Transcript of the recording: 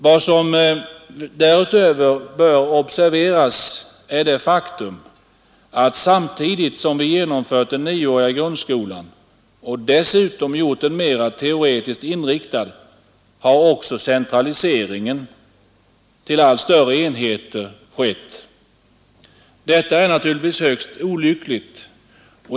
Vad som därutöver bör observeras är det faktum att samtidigt som vi genomfört den nioåriga grundskolan och dessutom gjort den mera teoretiskt inriktad har centraliseringen till allt större enheter skett. Detta är högst olyckligt.